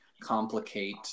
complicate